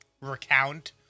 recount